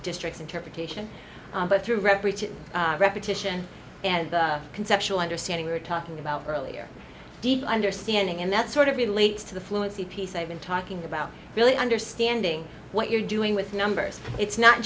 districts interpretation but through reparative repetition and conceptual understanding we're talking about earlier deep understanding and that sort of relates to the fluency piece i've been talking about really understanding what you're doing with numbers it's not